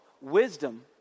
Wisdom